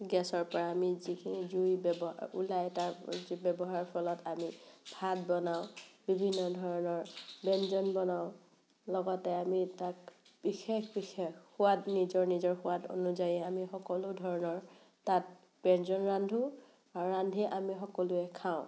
গেছৰ পৰা আমি জুই ওলায় তাৰ ব্যৱহাৰৰ ফলত আমি ভাত বনাওঁ বিভিন্ন ধৰণৰ ব্যঞ্জন বনাওঁ লগতে আমি তাত বিশেষ বিশেষ নিজৰ সোৱাদ অনুযায়ী আমি সকলো ধৰণৰ তাত ব্যঞ্জন ৰান্ধো আৰু ৰান্ধি আমি সকলোৱে খাওঁ